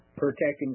protecting